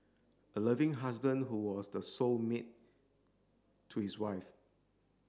a loving husband who was the soul mate to his wife